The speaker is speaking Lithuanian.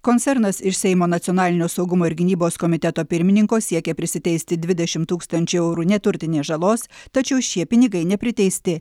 koncernas iš seimo nacionalinio saugumo ir gynybos komiteto pirmininko siekia prisiteisti dvidešim tūkstančių eurų neturtinės žalos tačiau šie pinigai nepriteisti